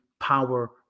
power